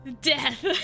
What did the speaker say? Death